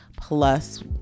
plus